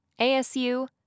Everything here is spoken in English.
ASU